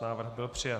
Návrh byl přijat.